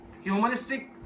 Humanistic